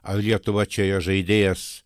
ar lietuva čia yra žaidėjas